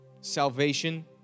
salvation